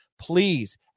please